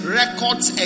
records